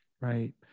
Right